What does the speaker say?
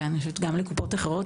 ואני חושבת שגם לקופות אחרות,